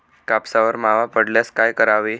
कापसावर मावा पडल्यास काय करावे?